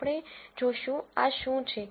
આપણે જોશું આ શું છે